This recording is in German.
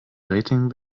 rating